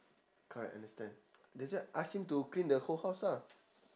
correct understand that's why ask him to clean the whole house lah